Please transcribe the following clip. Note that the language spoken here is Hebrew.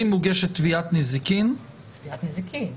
אם מוגשת תביעת נזיקין --- תביעת נזיקין.